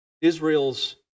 Israel's